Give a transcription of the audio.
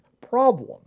problem